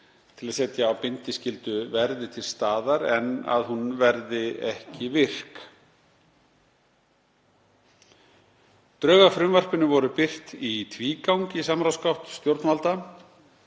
til að setja á bindiskyldu verði til staðar en að hún verði ekki virk. Drög að frumvarpinu voru birt í tvígang í samráðsgátt stjórnvalda,